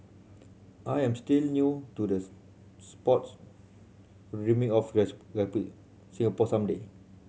I am still new to the sport but dreaming of Singapore some day